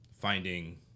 finding